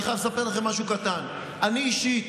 אני חייב לספר לכם משהו קטן: אני אישית